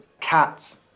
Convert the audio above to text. Cats